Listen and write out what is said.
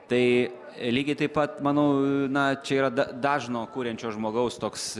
tai lygiai taip pat manau na čia yra da dažno kuriančio žmogaus toks